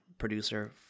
Producer